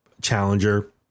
challenger